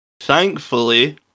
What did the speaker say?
thankfully